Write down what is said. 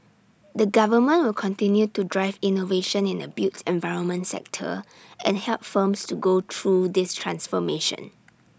the government will continue to drive innovation in the built environment sector and help firms to go through this transformation